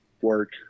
work